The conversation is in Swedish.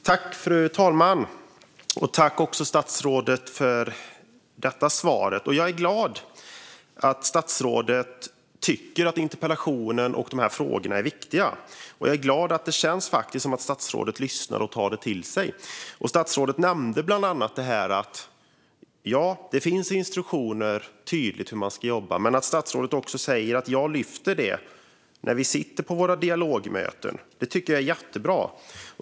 Fru talman! Tack, statsrådet, för detta svar! Jag är glad att statsrådet tycker att interpellationen och de här frågorna är viktiga. Jag är glad att det känns som att statsrådet lyssnar och tar det till sig. Statsrådet nämnde bland annat att det finns tydliga instruktioner för hur man ska jobba. Men statsrådet säger också: Jag lyfter det när vi sitter på våra dialogmöten. Det tycker jag är jättebra.